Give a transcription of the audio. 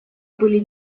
были